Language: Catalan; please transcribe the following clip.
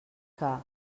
que